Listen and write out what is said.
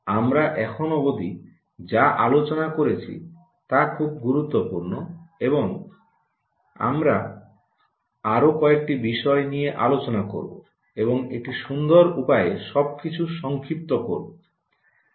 আমরা এখন অবধি যা আলোচনা করেছি তা খুব গুরুত্বপূর্ণ এবং আমরা আরও কয়েকটি বিষয় নিয়ে আলোচনা করব এবং একটি সুন্দর উপায়ে সবকিছু সংক্ষিপ্ত করব